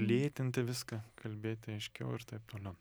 lėtinti viską kalbėti aiškiau ir taip toliau